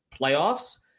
playoffs